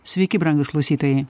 sveiki brangūs klausytojai